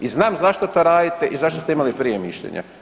I znam zašto to radite i zašto ste imali prije mišljenje.